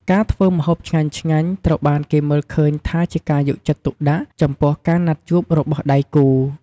ការធ្វើម្ហូបឆ្ងាញ់ៗ ត្រូវបានគេមើលឃើញថាជាការយកចិត្តទុកដាក់ចំពោះការណាត់ជួបរបស់ដៃគូរ។